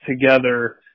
together